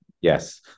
yes